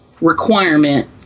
requirement